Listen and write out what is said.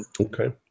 Okay